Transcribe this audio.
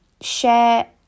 share